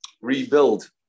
rebuild